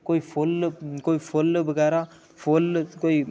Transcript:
कोई फुल्ल कोई फुल्ल बगैरा फुल्ल कोई